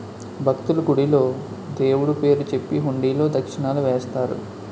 భక్తులు, గుడిలో దేవుడు పేరు చెప్పి హుండీలో దక్షిణలు వేస్తారు